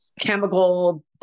Chemical